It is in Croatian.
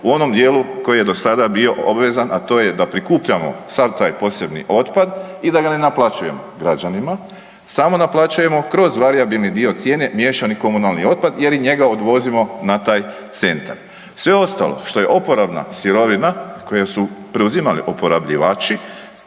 u onom dijelu koji je do sada bio obvezan, a to da prikupljamo sav taj posebni otpad i da ga ne naplaćujemo građanima samo naplaćujemo kroz varijabilni dio cijene miješani komunalni otpad jer i njega odvozimo na taj centar. Sve ostalo što je oporabna sirovina koje su preuzimali oporabljivači